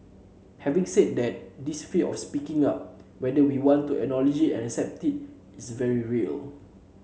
having said that this fear of speaking up whether we want to acknowledge and accept it is very real